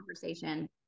conversation